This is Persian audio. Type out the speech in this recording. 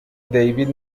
دیوید